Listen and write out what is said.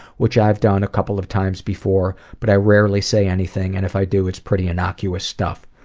which i've done a couple of times before, but i rarely say anything and, if i do, it's pretty innocuous stuff.